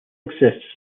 exists